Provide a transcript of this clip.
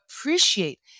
appreciate